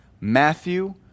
Matthew